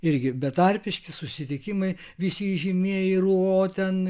irgi betarpiški susitikimai visi įžymieji ruo ten